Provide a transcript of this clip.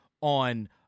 on